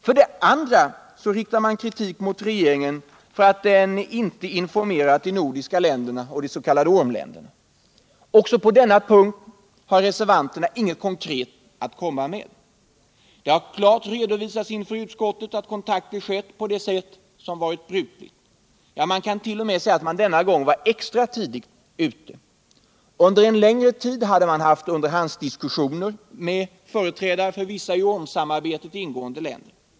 För det andra riktar man kritik mot regeringen för att den inte informerat de nordiska länderna och de s.k. ormländerna. Inte heller på denna punkt har reservanterna något konkret att komma med. Det har klart redovisats inför utskottet att kontakter tagits på det sätt som varit brukligt. Ja, man kan t. 0. m. säga att man denna gång varit extra tidigt ute. Under en längre tid hade man haft underhandsdiskussioner med företrädare för vissa i ormsamarbetet ingående länder.